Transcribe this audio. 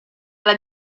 alla